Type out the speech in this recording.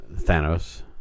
Thanos